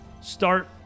start